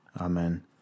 Amen